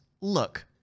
look